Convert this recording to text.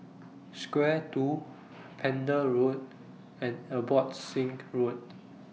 Square two Pender Road and Abbotsingh Road